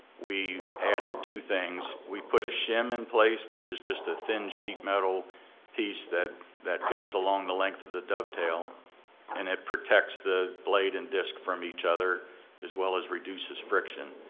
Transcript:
we added two things. we put a shim in place which is just a thin sheet metal piece that that goes along the length of the dovetail and it protects the blade and disc from each other as well as reduces friction.